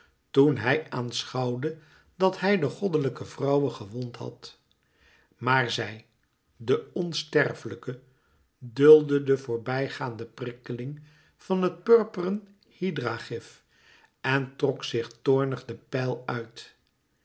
toen hij aanschouwde dat hij de goddelijke vrouwe gewond had maar zij de onsterfelijke duldde de voorbij gaande prikkeling van het purperen hydra gif en trok zich toornig de pijl uit